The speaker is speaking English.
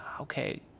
okay